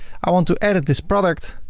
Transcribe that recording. i want to edit this product,